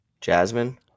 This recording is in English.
Jasmine